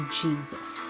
jesus